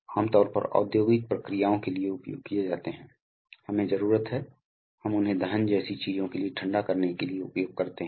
आप इस तरह के टर्बाइन जानते हैं तो आप वास्तव में कंप्रेसर चलाने के लिए उस ऊर्जा का उपयोग कर सकते हैं